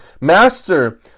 Master